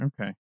okay